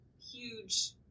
huge